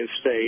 state